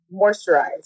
Moisturize